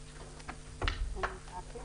רבה.